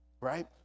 right